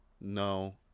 no